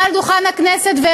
מעל דוכן הכנסת,